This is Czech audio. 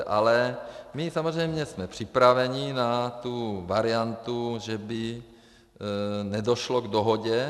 Ale my samozřejmě jsme připraveni na tu variantu, že by nedošlo k dohodě.